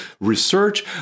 research